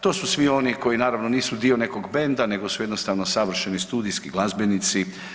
To su svi oni koji naravno nisu dio nekog benda, nego su jednostavno savršeni studijski glazbenici.